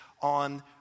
on